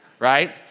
Right